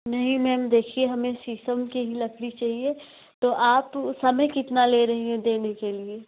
नहीं मैम देखिए हमें शीशम की ही लड़की चाहिए तो आप समय कितना ले रही हैं देने के लिए